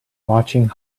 watching